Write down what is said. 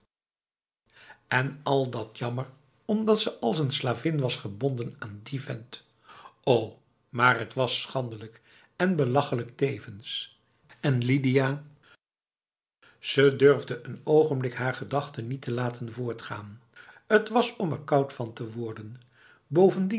en al dat jammer omdat ze als n slavin was gebonden aan die vent o maar het was schandelijk en belachelijk tevens en lidia ze durfde n ogenblik haar gedachten niet te laten voortgaan t was om er koud van te worden bovendien